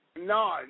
no